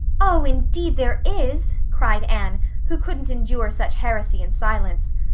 oh, indeed there is, cried anne, who couldn't endure such heresy in silence.